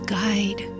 guide